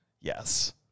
Yes